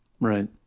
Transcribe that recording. Right